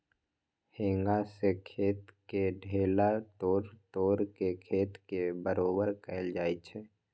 हेंगा से खेत के ढेला तोड़ तोड़ के खेत के बरोबर कएल जाए छै